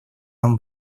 нам